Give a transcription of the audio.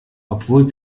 obwohl